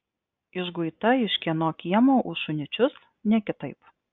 išguita iš kieno kiemo už šunyčius ne kitaip